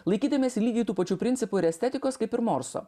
laikydamiesi lygiai tų pačių principų ir estetikos kaip ir morso